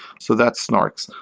so that snarks.